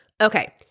Okay